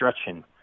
stretching